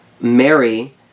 Mary